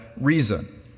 reason